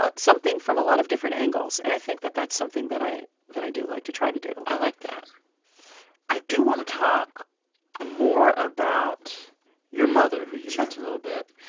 ah something from a lot of different angles. and i think that that's something that i that i do like to try to do i like that i do want to talk more about your mother. sure. who you mention a little bit.